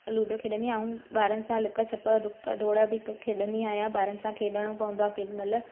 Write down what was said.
लुडियो खेॾंदी आहे ऐं ॿारनि सां लिख छप डुकु दौड़ बि खेॾंदी आहियां ॿारनि सां खेॾिणो पवंदो आहे केॾी महिल